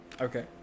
okay